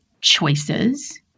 choices